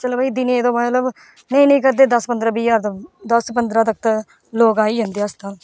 चलो भाई दिनें दा मतलब नेईं नेईं करदे दस पंदरां बीह् ज्हार तां दस पंदरां तक्क ते लोक आई जंदे अस्ताल